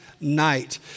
night